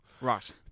Right